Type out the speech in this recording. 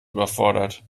überfordert